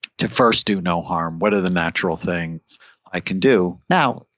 to first do no harm. what are the natural things i can do? now,